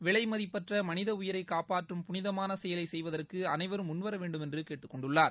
விலைதிப்பற்ற மனித உயிரை காப்பாற்றம் புனிதமான செயலை செய்வதற்கு அனைவரும் முன்வர வேண்டுமென்று கேட்டுக் கொண்டுள்ளார்